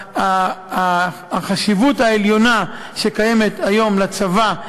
והחשיבות העליונה שקיימת היום לצבא,